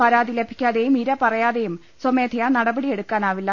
പരാതി ലഭിക്കാതെയും ഇര പറയാ തെയും സ്വമേധയാ നടപടി എടുക്കാനാവില്ല